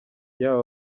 yaba